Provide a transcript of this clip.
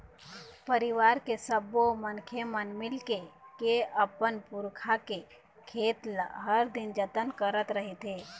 परिवार के सब्बो मनखे मन मिलके के अपन पुरखा के खेत ल हर दिन जतन करत रहिथे